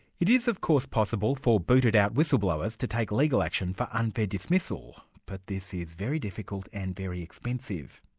it is of course possible for booted-out whistleblowers to take legal action for unfair dismissal, but this is very difficult and very expensive.